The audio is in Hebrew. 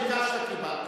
דמוקרטיה זה לא שלטון הרוב,